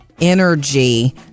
energy